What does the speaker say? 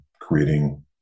creating